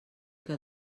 que